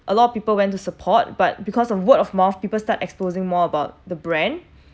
a lot of people went to support but because of word of mouth people start exposing more about the brand